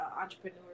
entrepreneur